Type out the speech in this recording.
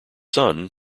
son